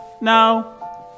No